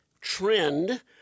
trend